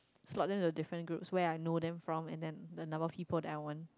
slot them into different groups where I know them from and then the number of people that I want